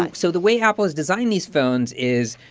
like so the way apple has designed these phones is,